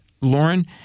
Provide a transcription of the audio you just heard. Lauren